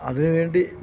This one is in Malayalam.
അതിനുവേണ്ടി